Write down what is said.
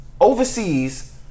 overseas